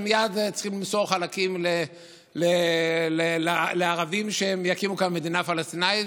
אז מייד צריכים למסור חלקים לערבים שהם יקימו כאן מדינה פלסטינית,